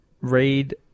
read